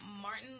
Martin